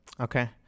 Okay